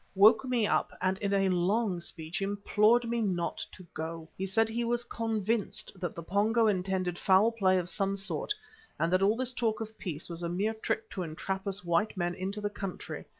woke me up and in a long speech implored me not to go. he said he was convinced that the pongo intended foul play of some sort and that all this talk of peace was a mere trick to entrap us white men into the country,